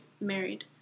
married